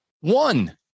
one